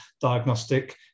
diagnostic